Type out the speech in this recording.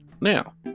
Now